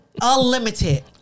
unlimited